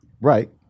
right